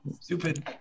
Stupid